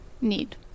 need